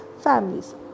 families